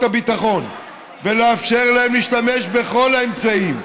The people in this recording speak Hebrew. הביטחון ולאפשר להם להשתמש בכל האמצעים,